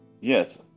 Yes